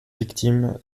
victimes